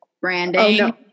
branding